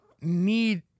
need